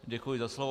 Děkuji za slovo.